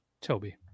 toby